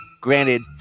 Granted